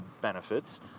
benefits